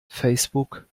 facebook